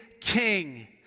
king